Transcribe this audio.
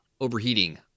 overheating